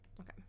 okay